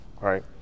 right